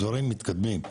הדברים מתקדמים,